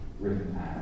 written